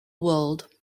world